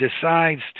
decides